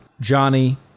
Johnny